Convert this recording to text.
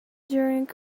during